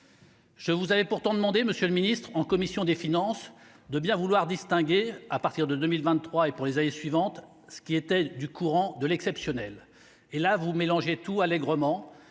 Je vous avez pourtant demandé Monsieur le ministre, en commission des finances de bien vouloir distinguer à partir de 2023 et pour les années suivantes, ce qui était du courant de l'exceptionnel et là, vous mélangez tout allègrement